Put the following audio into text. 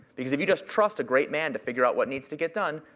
because if you just trust a great man to figure out what needs to get done,